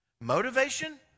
Motivation